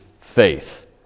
faith